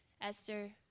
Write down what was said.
Esther